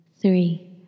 Three